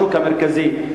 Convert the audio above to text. השוק המרכזי,